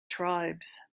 tribes